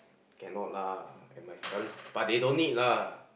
cannot lah and my current but they don't need lah